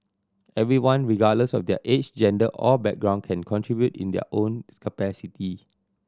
everyone regardless of their age gender or background can contribute in their own capacity